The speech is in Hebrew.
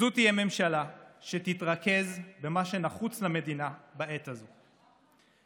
זו תהיה ממשלה שתתרכז במה שנחוץ למדינה בעת הזאת,